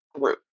group